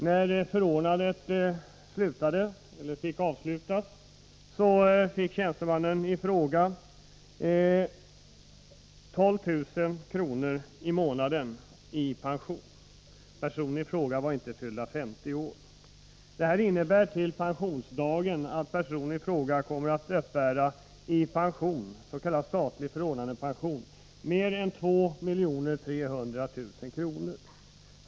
När förordnandet fick avslutas, fick tjänstemannen i fråga 12 000 kr. i månaden i pension. Personen i fråga var inte fyllda 50 år. Det innebär att personen i fråga fram till pensionsdagen kommer att uppbära is.k. statlig förordnandepension mer än 2 300 000 kr.